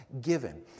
given